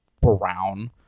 brown –